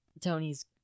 Tony's